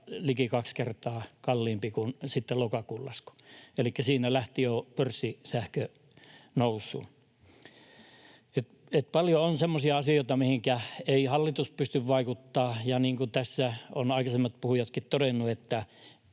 oli liki kaksi kertaa kalliimpi kuin lokakuun lasku. Elikkä siinä lähti jo pörssisähkö nousuun. Että paljon on semmoisia asioita, mihinkä ei hallitus pysty vaikuttamaan. Niin kuin tässä ovat aikaisemmat puhujatkin todenneet,